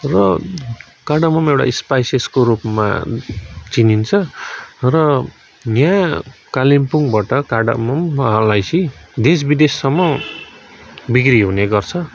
र कारडोमोम एउटा स्पाइसेसको रूपमा चिनिन्छ र यहाँ कालिम्पोङबाट कारडोमोम अलैँची देश विदेशसम्म बिक्री हुने गर्छ